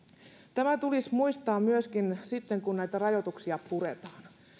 tämä tulisi muistaa myöskin sitten kun näitä rajoituksia puretaan